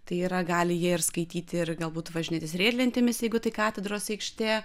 tai yra gali jie ir skaityti ir galbūt važinėtis riedlentėmis jeigu tai katedros aikštė